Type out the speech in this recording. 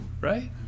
right